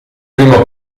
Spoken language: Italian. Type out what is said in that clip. primo